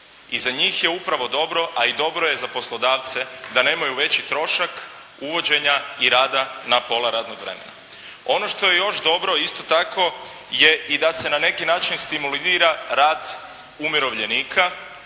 I za njih je upravo dobro, a i dobro je za poslodavce da nemaju veći trošak uvođenja i rada na pola radnog vremena. Ono što je još dobro isto tako je i da se na neki način stimulira rad umirovljenika